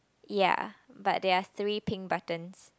ya but there are three pink buttons